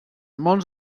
molts